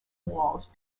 walls